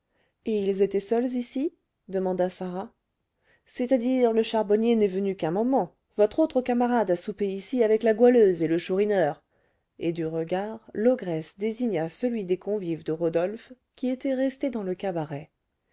et ils étaient seuls ici demanda sarah c'est-à-dire le charbonnier n'est venu qu'un moment votre autre camarade a soupé ici avec la goualeuse et le chourineur et du regard l'ogresse désigna celui des convives de rodolphe qui était resté dans le cabaret